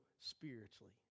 spiritually